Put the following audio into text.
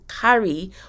carry